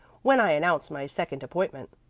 when i announce my second appointment.